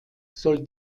soll